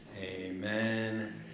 amen